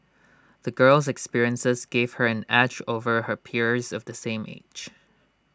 the girl's experiences gave her an edge over her peers of the same age